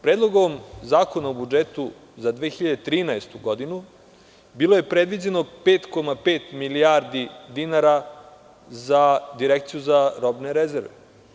Predlogom zakona o budžetu za 2013. godinu bilo je predviđeno 5,5 milijardi dinara za Direkciju za robne rezerve.